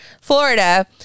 Florida